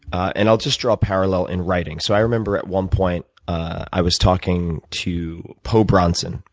and i'll just draw a parallel in writing. so i remember at one point i was talking to po bronson,